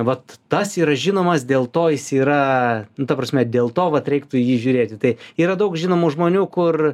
vat tas yra žinomas dėl to jis yra ta prasme dėl to vat reiktų į jį žiūrėti tai yra daug žinomų žmonių kur